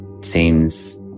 Seems